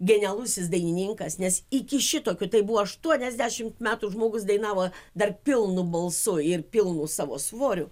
genialusis dainininkas nes iki šitokių tai buvo aštuoniasdešimt metų žmogus dainavo dar pilnu balsu ir pilnu savo svoriu